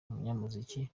umunyamuziki